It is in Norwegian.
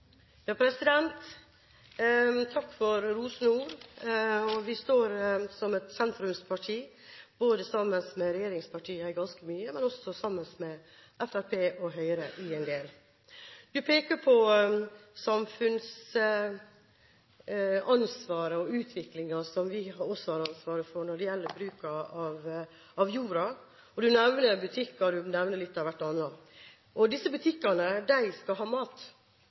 Takk for rosende ord. Vi står som et sentrumsparti sammen med regjeringspartiene i ganske mye, men også sammen med Fremskrittspartiet og Høyre i en del. Representanten peker på samfunnsansvaret og utviklingen, som vi også har ansvar for, når det gjelder bruk av jorda, og nevner butikker og litt av hvert annet. Disse butikkene skal ha mat,